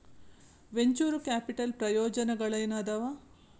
venture capital ಪ್ರಯೋಜನಗಳೇನಾದವ